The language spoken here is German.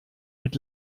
mit